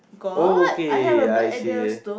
okay I see